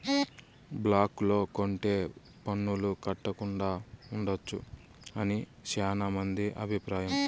black లో కొంటె పన్నులు కట్టకుండా ఉండొచ్చు అని శ్యానా మంది అభిప్రాయం